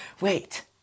Wait